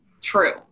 true